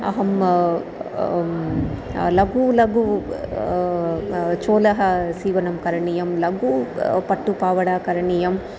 अहं लघु लघु चोलः सीवनं करणीयं लगू पट्टु पावडा करणीयम्